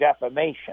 defamation